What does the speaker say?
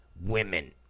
women